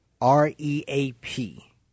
R-E-A-P